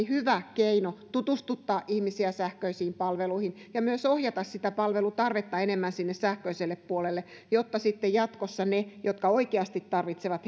hyvä keino tutustuttaa ihmisiä sähköisiin palveluihin ja myös ohjata sitä palvelutarvetta enemmän sinne sähköiselle puolelle jotta sitten jatkossa ne jotka oikeasti tarvitsevat